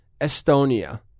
Estonia